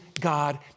God